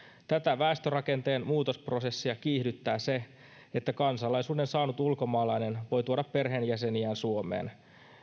tätä väestörakenteen muutosprosessia kiihdyttää se että kansalaisuuden saanut ulkomaalainen voi tuoda perheenjäseniään suomeen